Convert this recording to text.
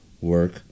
work